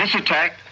attack